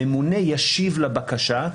הממונה ישיב לבקשה,